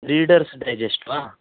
readers Digest वा